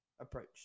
approach